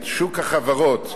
את שוק החברות,